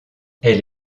elle